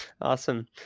Awesome